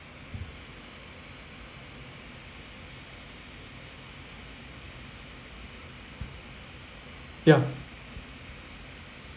ya